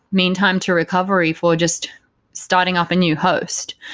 mean time to recovery for just starting off a new host.